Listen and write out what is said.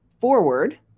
forward